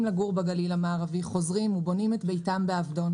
לגור בגליל המערבי חוזרים ובונים את ביתם בעבדון,